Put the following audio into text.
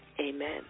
Amen